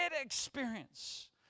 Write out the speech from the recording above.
experience